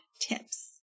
tips